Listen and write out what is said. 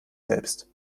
selbst